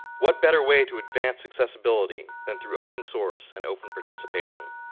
what better way to advance accessibility than through open source and open participation?